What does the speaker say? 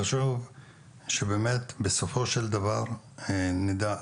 חשוב שבאמת בסופו של דבר נדע,